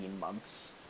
months